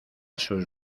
sus